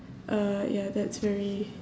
uh ya that's very